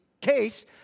case